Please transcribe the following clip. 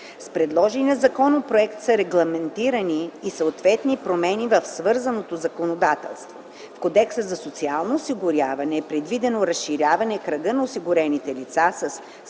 С предложения законопроект са регламентирани и съответни промени в свързаното законодателство. В Кодекса за социално осигуряване е предвидено разширяване кръга на осигурените лица със специализантите